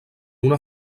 una